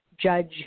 judge